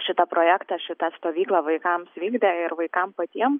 šitą projektą šitą stovyklą vaikams vykdė ir vaikam patiem